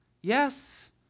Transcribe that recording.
Yes